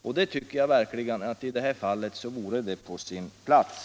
Och jag tycker verkligen att i det här fallet vore det på sin plats.